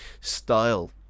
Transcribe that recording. style